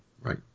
Right